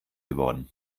geworden